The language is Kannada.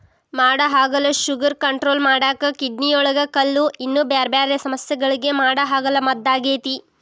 ಮಾಡಹಾಗಲ ಶುಗರ್ ಕಂಟ್ರೋಲ್ ಮಾಡಾಕ, ಕಿಡ್ನಿಯೊಳಗ ಕಲ್ಲು, ಇನ್ನೂ ಬ್ಯಾರ್ಬ್ಯಾರೇ ಸಮಸ್ಯಗಳಿಗೆ ಮಾಡಹಾಗಲ ಮದ್ದಾಗೇತಿ